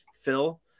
Phil